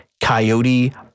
Coyote